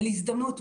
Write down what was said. להזדמנות,